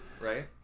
right